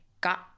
got